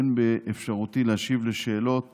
אין באפשרותי להשיב לשאלות